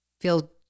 feel